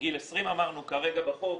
בגיל 20 אמרנו כרגע בחוק,